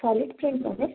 solid प्रिंटमध्ये